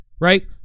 right